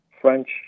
French